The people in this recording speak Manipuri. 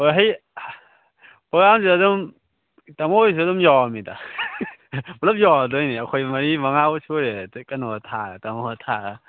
ꯍꯣꯏ ꯄꯔꯣꯒ꯭ꯔꯥꯝꯁꯦ ꯑꯗꯨꯝ ꯇꯥꯃꯣꯍꯣꯏꯁꯨ ꯑꯗꯨꯝ ꯌꯥꯎꯔꯃꯤꯗ ꯄꯨꯂꯞ ꯌꯥꯎꯔꯗꯣꯏꯅꯦ ꯑꯩꯈꯣꯏ ꯃꯔꯤ ꯃꯉꯥꯕꯨ ꯁꯨꯔꯦ ꯑꯇꯩ ꯀꯩꯅꯣ ꯇꯥꯃꯣꯍꯣꯏ ꯊꯥꯔꯒ